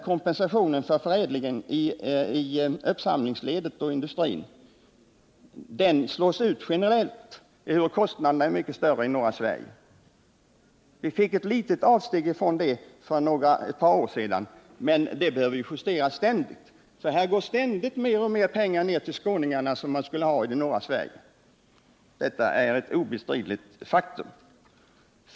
Kompensationen för kostnadsökningen inom uppsamling och förädling slås ut generellt, ehuru kostnadsökningarna är mycket större i de norra delarna av Sverige. Ett litet avsteg från detta gjordes visserligen för ett par år sedan, men det behövs återkommande justeringar. Här går allt mer pengar, som jordbrukarna i de norra delarna av Sverige skulle ha haft, ner till skåningarna. Detta är ett obestridligt faktum.